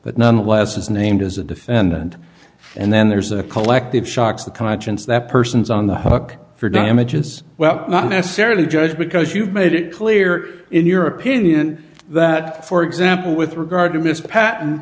but nonetheless is named as a defendant and then there's a collective shocks the conscience that person's on the hook for damages well not necessarily the judge because you've made it clear in your opinion that for example with regard to this pa